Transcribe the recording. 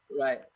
Right